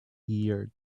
year